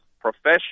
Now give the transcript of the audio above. professional